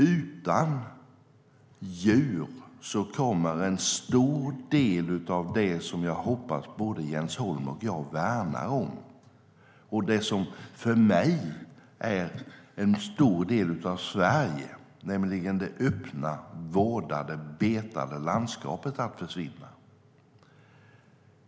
Utan djur kommer en stor del av det som jag hoppas att både Jens Holm och jag värnar om och som för mig är en stor del av Sverige, nämligen det öppna, vårdade och betade landskapet, att försvinna.